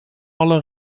alle